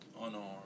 Unarmed